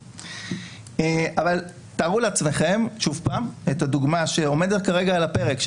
אבל תארו לעצמכם את הדוגמה שעומדת כרגע על הפרק,